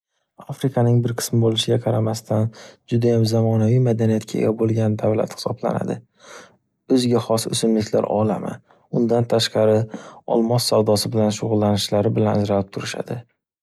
Afrikaning bir qismi bo’lishiga qaramasdan judayam zamonaviy madaniyatga ega bo’lgan davlat hisoblanadi. O’ziga xos o’simliklar olami, undan tashqari olmos savdosi bilan shug’ullanishlari bilan ajralib turishadi.